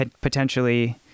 potentially